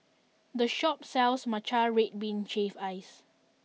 this shop sells Matcha Red Bean Shaved Ice